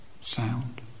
sound